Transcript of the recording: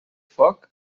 foc